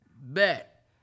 Bet